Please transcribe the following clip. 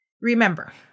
remember